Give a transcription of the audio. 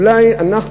אולי אנחנו,